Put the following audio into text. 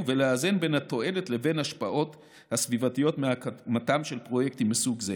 ולאזן בין התועלת לבין ההשפעות הסביבתיות מהקמתם של פרויקטים מסוג זה.